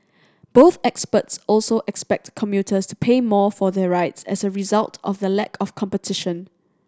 both experts also expect commuters to pay more for their rides as a result of the lack of competition